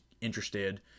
interested